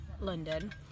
London